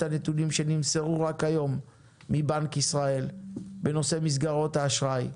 הנתונים שנמסרו רק היום מבנק ישראל בנושא מסגרות האשראי,